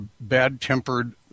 bad-tempered